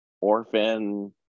orphan